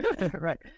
Right